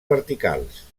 verticals